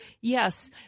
Yes